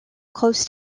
close